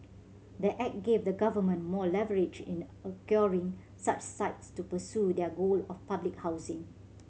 the act gave the government more leverage in acquiring such sites to pursue their goal of public housing